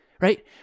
Right